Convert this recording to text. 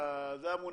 הם היו